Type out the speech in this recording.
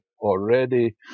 already